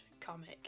comic